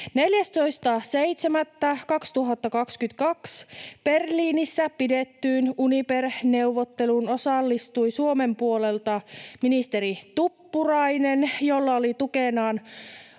14.7.2022 Berliinissä pidettyyn Uniper-neuvotteluun osallistui Suomen puolelta ministeri Tuppurainen, jolla oli tukenaan